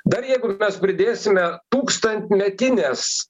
dar jeigu mes pridėsime tūkstantmetines